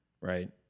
right